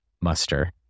muster